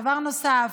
דבר נוסף,